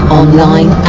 online